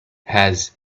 has